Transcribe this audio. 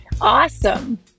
Awesome